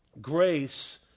grace